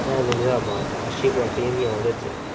hang निहां मारदा अच्छियां क्वालिटियां हियां ओह्दे बिच